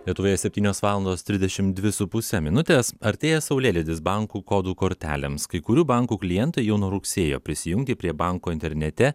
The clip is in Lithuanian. lietuvoje septynios valandos trisdešimt dvi su puse minutės artėja saulėlydis bankų kodų kortelėms kai kurių bankų klientai jau nuo rugsėjo prisijungė prie banko internete